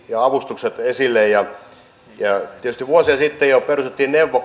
ja avustukset esille tietysti vuosia sitten jo perustettiin neuvo